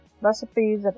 recipes